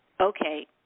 okay